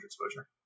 exposure